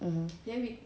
mmhmm